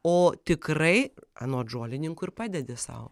o tikrai anot žolininkų ir padedi sau